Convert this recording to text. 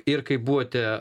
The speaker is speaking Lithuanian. ir kai buvote